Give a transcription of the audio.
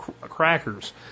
Crackers